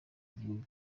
igihugu